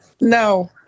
no